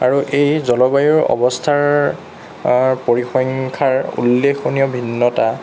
আৰু এই জলবায়ুৰ অৱস্থাৰ পৰিসংখ্যাৰ উল্লেখনীয় ভিন্নতা